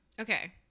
Okay